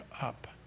up